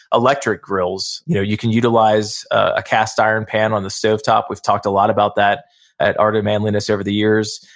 electric grills. you know you can utilize a cast iron pan on the stove top. we've talked a lot about that at the art of manliness over the years.